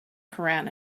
koran